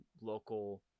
local